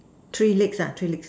three legs ah three legs